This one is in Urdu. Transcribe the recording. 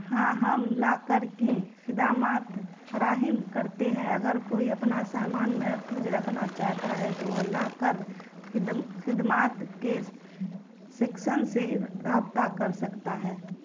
ہاں ہم لاکر کی خدمات فراہم کرتے ہیں اگر کوئی اپنا سامان محفوظ رکھنا چاہتا ہے تو وہ لاکر خدمات کے سیکسن سے رابطہ کر سکتا ہے